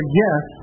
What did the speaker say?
yes